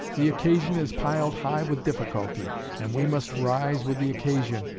the occasion is piled high with difficulty, and we must rise with the occasion.